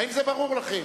האם זה ברור לכם?